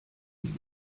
liegt